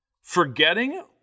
Forgetting